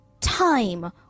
time